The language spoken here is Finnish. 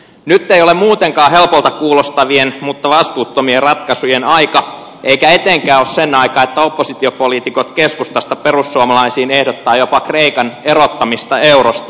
nyt ei ole muutenkaan helpolta kuulostavien mutta vastuuttomien ratkaisujen aika eikä etenkään ole sen aika että oppositiopoliitikot keskustasta perussuomalaisiin ehdottavat jopa kreikan erottamista eurosta